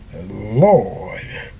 Lord